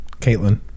Caitlin